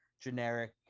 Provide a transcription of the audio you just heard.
generic